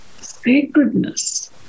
sacredness